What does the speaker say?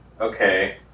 Okay